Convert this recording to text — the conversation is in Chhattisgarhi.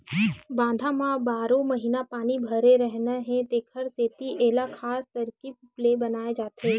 बांधा म बारो महिना पानी भरे रहना हे तेखर सेती एला खास तरकीब ले बनाए जाथे